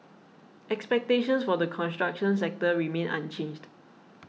expectations for the construction sector remain unchanged